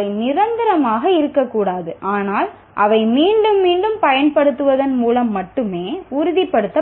இருந்து நிரந்தரமாக மறந்து போக கூடும் அதனால் அவற்றை மீண்டும் மீண்டும் பயன்படுத்துவதன் மூலம் மட்டுமே நம் மனதில் உறுதிப்படுத்தப்படும்